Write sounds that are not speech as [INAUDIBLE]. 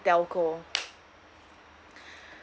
telco [BREATH]